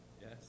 yes